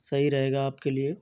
सही रहेगा आपके लिए